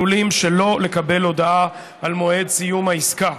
עלולים שלא לקבל הודעה על מועד סיום העִסקה.